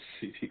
CD